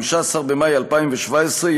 15 במאי 2017,